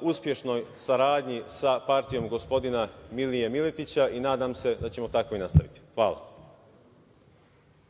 uspešnoj saradnji sa partijom gospodina Milije Miletića i nadam se da ćemo tako i nastaviti. **Edin Đerlek**